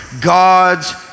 God's